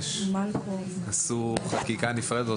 עשו חקיקה נפרדת,